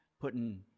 putting